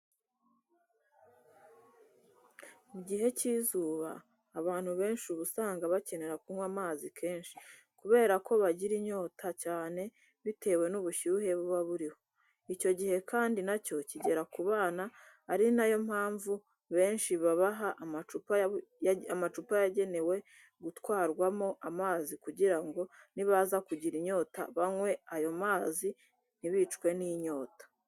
Mu gihe cy'izuba abantu benshi uba usanga bakenera kunywa amazi kenshi kubera ko bagira inyota cyane bitewe n'ubushyuhe buba buriho. Icyo gihe kandi na cyo kigera ku bana ari na yo mpamvu benshi babaha amacupa yagenewe gutwarwamo amazi kugira ngo nibaza kugira inyota banywe ayo mazi ntibicwe n'inyota.